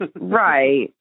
Right